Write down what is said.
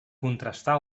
contrastar